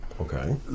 Okay